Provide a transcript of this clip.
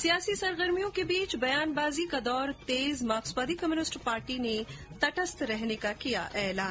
सियासी सरगर्मियों के बीच बयानबाजी का दौर तेज मार्क्सवादी कम्यूनिस्ट पार्टी का तटस्थ रहने का ऐलान